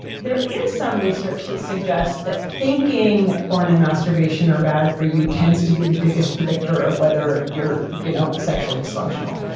there is some research that suggests that thinking that porn and masturbation are bad for you tends to be the biggest predictor of whether you're you know sexually dysfunctional,